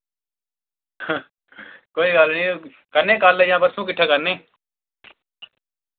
कोई गल्ल नी करने आं कल जां परसूं किट्ठा करने